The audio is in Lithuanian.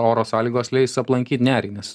oro sąlygos leis aplankyt nerį nes